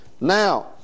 Now